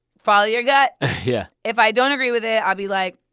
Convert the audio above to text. follow your gut yeah if i don't agree with it, i'll be like,